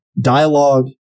Dialogue